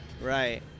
Right